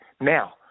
Now